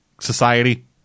Society